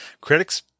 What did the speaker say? Critics